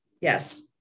Yes